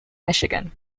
michigan